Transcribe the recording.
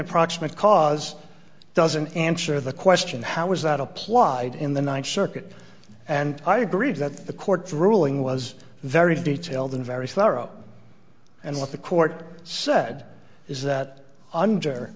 a proximate cause doesn't answer the question how is that applied in the ninth circuit and i agree that the court ruling was very detailed and very thorough and what the court said is